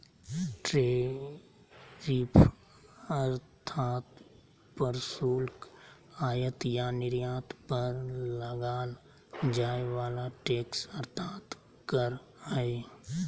tariff अर्थात् प्रशुल्क आयात या निर्यात पर लगाल जाय वला टैक्स अर्थात् कर हइ